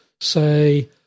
say